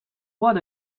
what